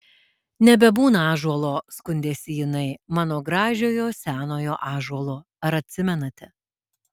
nebebūna ąžuolo skundėsi jinai mano gražiojo senojo ąžuolo ar atsimenate